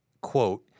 quote